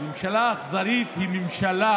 ממשלה אכזרית היא ממשלה